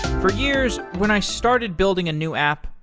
for years when i started building a new app,